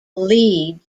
lead